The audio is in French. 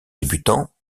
débutants